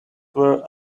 were